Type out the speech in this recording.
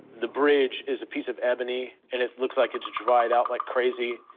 the bridge is a piece of ebony, and it looks like it's dried out like crazy.